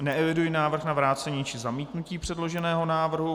Neeviduji návrh na vrácení či zamítnutí předloženého návrhu.